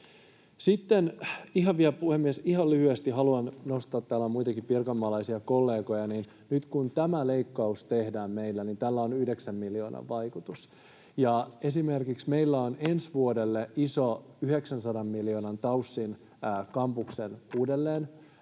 ihan lyhyesti haluan nostaa sen — täällä on muitakin pirkanmaalaisia, kollegojani — että nyt kun tämä leikkaus tehdään meillä, niin tällä on yhdeksän miljoonan vaikutus. Meillä on ensi vuodelle esimerkiksi iso, 900 miljoonan TAYSin kampuksen rakentamisen